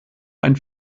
ein